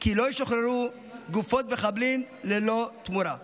כי לא ישוחררו גופות מחבלים ללא תמורה.